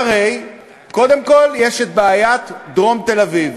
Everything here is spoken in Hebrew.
הרי קודם כול יש בעיית דרום תל-אביב.